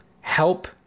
help